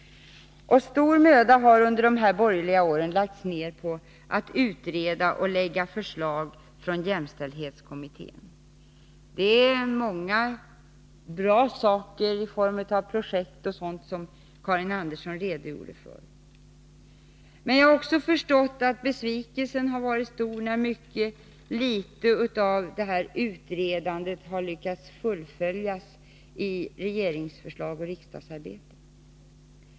Stor möda har under de här borgerliga åren lagts ned på att utreda och lägga förslag från jämställdhetskommittén. Det är många bra saker i form av projekt och sådant som Karin Andersson redogjorde för, men jag har också förstått att besvikelsen har varit stor, när det är mycket litet av detta utredande som man lyckats fullfölja i regeringsförslag och riksdagsarbete.